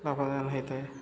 ଲାଭଦାନ ହୋଇଥାଏ